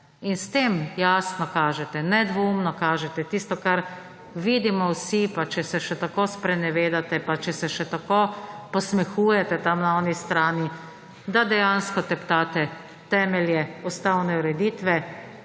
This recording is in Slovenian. in s tem jasno kaže, nedvoumno kaže tisto, kar vidimo vsi, pa če se še tako spreneveda, pa če se še tako posmehuje tam na oni strani, da tepta temelje ustavne ureditve,